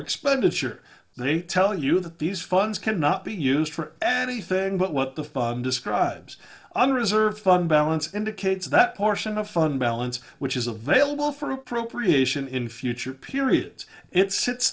expenditure they tell you that these funds cannot be used for anything but what the describes a reserve fund balance indicates that portion of fund balance which is available for appropriation in future periods it sits